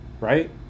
right